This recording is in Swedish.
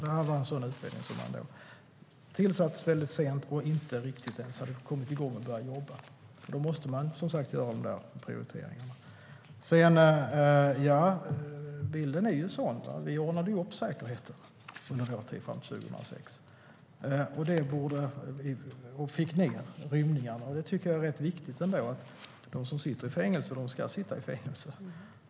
Detta var en sådan utredning som tillsatts väldigt sent och inte riktigt ens hade kommit igång och börjat jobba. Då måste man göra den prioriteringen. Bilden är sådan att vi ordnade upp säkerheten under vår till fram till 2006 och fick ned rymningarna. Det tycker jag ändå är rätt viktigt. De som sitter i fängelse ska sitta i fängelse.